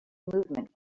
movement